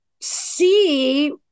see